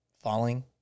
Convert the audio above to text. falling